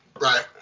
right